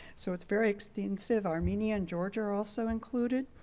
so it's very extensive. armenia and georgia are also included.